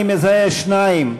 אני מזהה שניים: